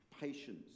patience